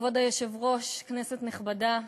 כבוד היושב-ראש, כנסת נכבדה,